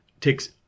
takes